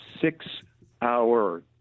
six-hour